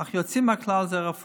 אך יוצאים מהכלל הם הרפורמים.